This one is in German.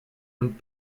und